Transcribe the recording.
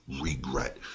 regret